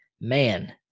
man